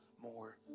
more